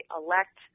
elect